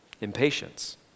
Impatience